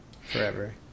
Forever